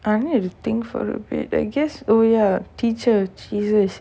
I need to think for a bit I guess oh ya teacher jesus